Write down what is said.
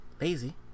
Lazy